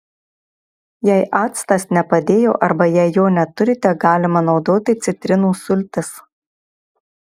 jei actas nepadėjo arba jei jo neturite galima naudoti citrinų sultis